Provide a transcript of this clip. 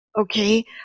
okay